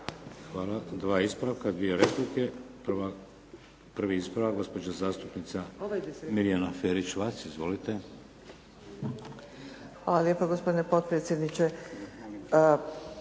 Hvala. Dva ispravka, dvije replike. Prvi ispravak, gospođa zastupnica Mirjana Ferić Vac. Izvolite. **Ferić-Vac, Mirjana (SDP)** Hvala lijepo gospodine potpredsjedniče.